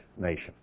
nation